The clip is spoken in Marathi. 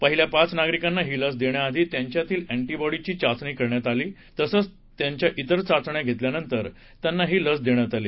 पहिल्या पाच नागरिकांना ही लस देण्याआधी त्याच्यातील अँटीबाँडीची चाघणी करण्यात आली तसंच त्याच्या इतर चाचण्या घेतल्यानंतर त्यांना ही लस देण्यात आली